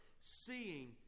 seeing